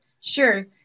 Sure